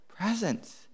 presence